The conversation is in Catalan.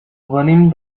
venim